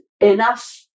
enough